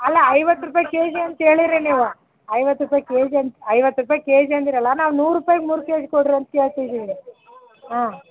ಅಲ್ಲ ಐವತ್ತು ರೂಪಾಯಿ ಕೆ ಜಿ ಅಂತ ಹೇಳೀರಿ ನೀವು ಐವತ್ತು ರೂಪಾಯಿ ಕೆ ಜಿ ಅಂತ ಐವತ್ತು ರೂಪಾಯಿ ಕೆ ಜಿ ಅಂದೀರಲ್ಲ ನಾವು ನೂರು ರೂಪಾಯ್ಗೆ ಮೂರು ಕೆ ಜಿ ಕೊಡ್ರಿ ಅಂತ ಕೇಳ್ತಿದ್ದೀವಿ ಆಂ